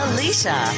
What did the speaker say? Alicia